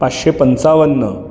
पाचशे पंचावन्न